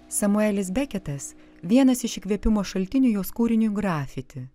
samuelis beketas vienas iš įkvėpimo šaltinių jos kūriniui grafiti